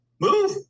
move